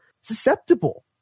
susceptible